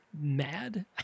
mad